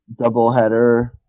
doubleheader